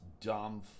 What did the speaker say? dumb